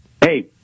Hey